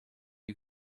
you